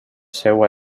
seu